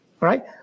right